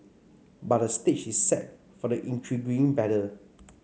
but the stage is set for an intriguing battle